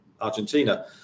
Argentina